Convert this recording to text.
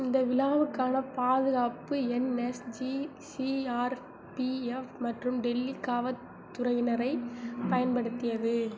இந்த விழாவுக்கான பாதுகாப்பு என்எஸ்ஜி சிஆர்பிஎஃப் மற்றும் டெல்லி காவல்துறையினரை பயன்படுத்தியது